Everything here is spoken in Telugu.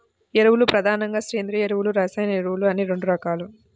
ఎరువులు ప్రధానంగా సేంద్రీయ ఎరువులు, రసాయన ఎరువులు అని రెండు రకాలు